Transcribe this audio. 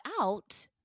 out